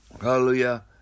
hallelujah